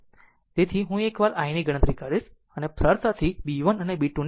તેથી આ તે છે કે હું એકવાર i ની ગણતરી કરીશ પછી સરળતાથી b 1 અને b 2